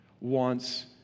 wants